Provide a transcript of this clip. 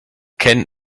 ken